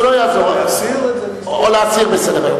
להסיר את זה מסדר-היום.